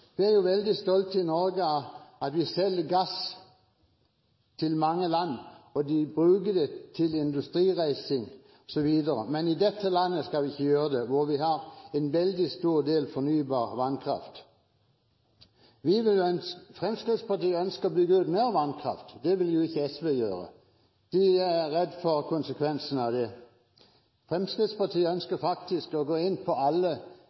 Vi er jo i Norge veldig stolte av at vi selger gass til mange land, og at de bruker det til industrireising osv. Men i dette landet, hvor vi har en veldig stor andel fornybar vannkraft, skal vi ikke gjøre det. Fremskrittspartiet ønsker å bygge ut mer vannkraft. Det vil ikke SV gjøre. De er redd for konsekvensene av det. Fremskrittspartiet ønsker faktisk å gå inn i alle